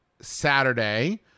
Saturday